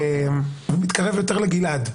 אתה מתקרב יותר לגלעד.